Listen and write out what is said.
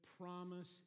promise